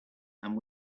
and